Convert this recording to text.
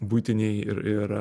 buitiniai ir ir